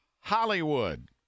Hollywood